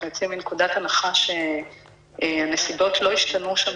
יוצאים מנקודת הנחה שהנסיבות לא השתנו שם,